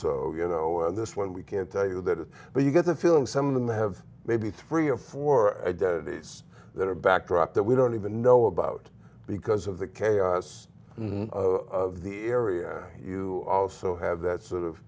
so you know on this one we can't tell you that but you get the feeling some of them have maybe three or four identities that are a backdrop that we don't even know about because of the chaos of the area you also have that sort of